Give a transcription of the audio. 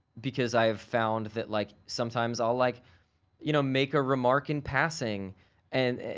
because, i have found that like sometimes i'll, like you know, make a remark in passing and,